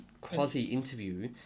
quasi-interview